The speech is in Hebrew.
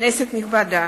כנסת נכבדה,